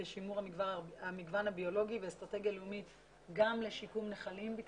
לשימור המגוון הביולוגי ואסטרטגיה לאומית וביקשתי